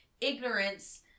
ignorance